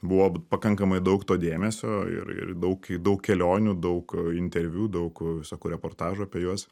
buvo pakankamai daug to dėmesio ir ir daug daug kelionių daug interviu daug visokių reportažų apie juos